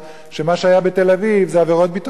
שמה שהיה בתל-אביב זה עבירות ביטחון.